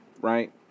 right